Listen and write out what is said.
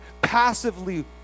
passively